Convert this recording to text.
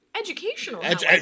educational